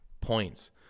points